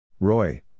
Roy